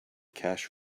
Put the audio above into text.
cash